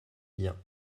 bien